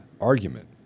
argument